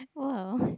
well